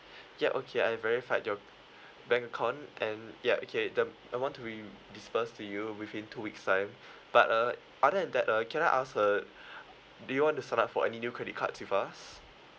ya okay I've verified your bank account and yup okay the I want to re~ disperse to you within two weeks' time but uh other than that uh can I ask uh do you want to sign up for any new credit cards with us